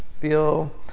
Feel